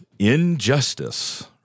Injustice